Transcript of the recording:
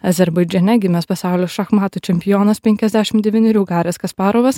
azerbaidžane gimęs pasaulio šachmatų čempionas penkiasdešim devynerių garis kasparovas